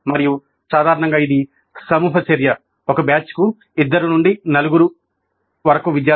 మరియు సాధారణంగా ఇది సమూహ చర్య ఒక బ్యాచ్కు 2 నుండి 4 మంది విద్యార్థులు